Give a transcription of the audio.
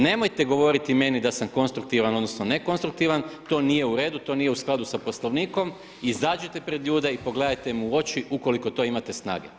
Nemojte govoriti meni da sam konstruktivan odnosno ne konstruktivan, to nije u redu, to nije u skladu sa Poslovnikom, izađite pred ljude i pogledajte mu u oči ukoliko to imate snage.